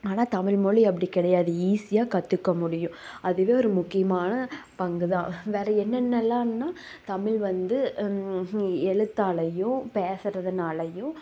ஆனால் தமிழ் மொழி அப்படி கிடையாது ஈஸியாக கற்றுக்க முடியும் அதுவே ஒரு முக்கியமான பங்குதான் வேற என்னென்னலான்னா தமிழ் வந்து எழுத்தாலையும் பேசறதனாலையும்